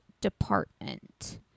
department